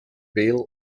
bail